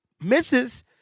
misses